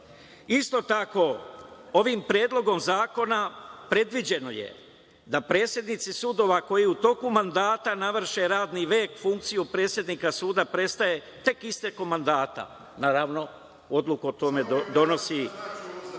tako, ovim predlogom zakona predviđeno je da predsednici sudova koji u toku mandata navrše radni vek, funkciju predsednika suda prestaje tek istekom mandata. Naravno, odluku o tome donosi